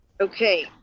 Okay